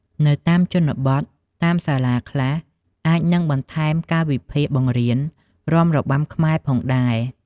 នៅតាមជនបទ តាមសាលាខ្លះអាចនឹងបន្ថែមកាលវិភាគបង្រៀនរាំរបាំខ្មែរផងដែរ។